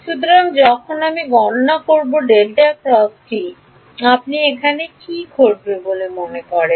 সুতরাং যখন আমি গণনা করি আপনি এখানে কি ঘটবে বলে মনে করেন